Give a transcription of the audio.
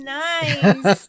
nice